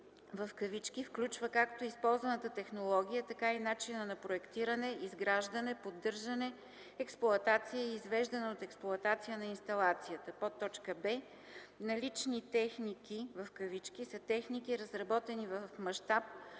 „техники“ включва както използваната технология, така и начина на проектиране, изграждане, поддържане, експлоатация и извеждане от експлоатация на инсталацията; б) „налични техники“ са техники, разработени в мащаб,